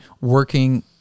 working